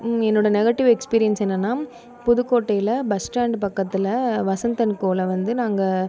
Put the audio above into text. என்னோட negative experience என்னனா புதுக்கோட்டையில் பஸ் ஸ்டாண்ட் பக்கத்தில் வசந்த் அண்ட் கோவில் வந்து நாங்கள்